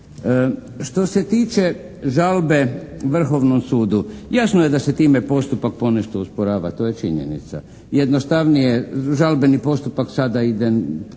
Što se tiče žalbe Vrhovnom sudu, jasno je da se time postupak ponešto usporava, to je činjenica. Jednostavnije je, žalbeni postupak sada ide